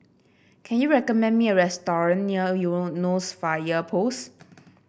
can you recommend me a restaurant near Eunos Fire Post